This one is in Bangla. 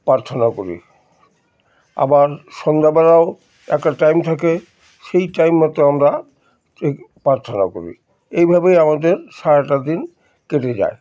প্রার্থনা করি আবার সন্ধ্যাবেলাও একটা টাইম থাকে সেই টাইম মতো আমরা প্রার্থনা করি এইভাবেই আমাদের সারাটা দিন কেটে যায়